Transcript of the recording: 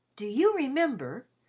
do you remember,